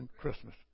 Christmas